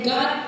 God